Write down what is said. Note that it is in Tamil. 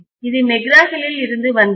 இது மெக்ரா ஹில்லில் இருந்து வந்தது